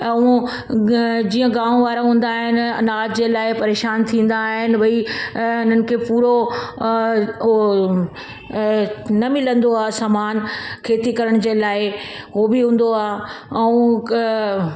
ऐं जीअं गांओ वारा हूंदा आहिनि अनाज जे लाइ परेशान थींदा आहिनि उहे ई ऐं हुननि खे पूरो हो न मिलंदो आहे समान खेती करण जे लाइ उहो बि हूंदो आहे ऐं